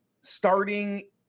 starting